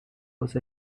was